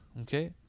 okay